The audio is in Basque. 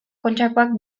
kontxakoak